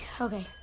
okay